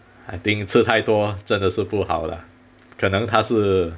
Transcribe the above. I think 吃太多真的是不好啦可能他是